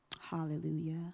Hallelujah